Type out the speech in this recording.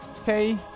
Okay